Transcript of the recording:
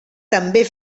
també